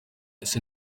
ese